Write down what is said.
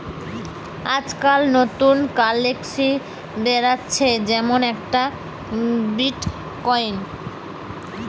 আজকাল নতুন কারেন্সি বেরাচ্ছে যেমন একটা বিটকয়েন